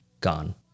Gone